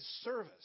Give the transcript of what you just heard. service